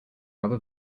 rubber